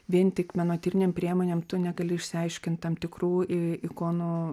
vien tik menotyrinėm priemonėm tu negali išsiaiškint tam tikrų ikonų